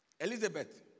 Elizabeth